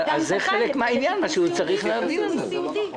זה חלק מן העניין שהוא צריך להביא לנו.